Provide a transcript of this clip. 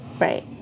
Right